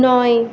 নয়